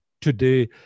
today